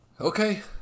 Okay